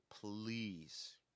please